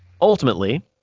ultimately